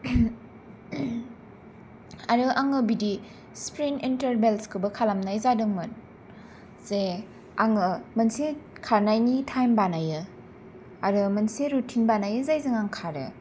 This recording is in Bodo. आरो आङो बिदि स्प्रिन्ट इन्टारवेल्सखौबो खालामनाय जादोंमोन जे आङो मोनसे खारनायनि टाइम बानायो आरो मोनसे रुटिन बानायो जायजों आं खारो